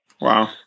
Wow